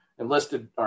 Enlisted